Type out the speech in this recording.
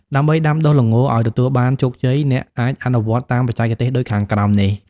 ដើម្បីដាំដុះល្ងឲ្យទទួលបានជោគជ័យ អ្នកអាចអនុវត្តតាមបច្ចេកទេសដូចខាងក្រោមនេះ។